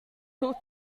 tut